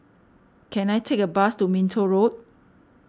can I take a bus to Minto Road